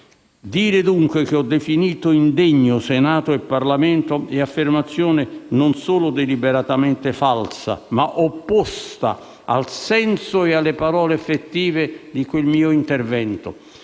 Dire, dunque, che ho definito indegno il Senato, il Parlamento è affermazione non solo deliberatamente falsa ma opposta al senso e alle parole effettive di quel mio intervento.